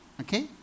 Okay